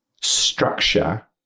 structure